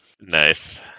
Nice